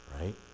Right